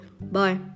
Bye